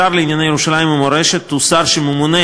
השר לירושלים ומורשת הוא שר שממונה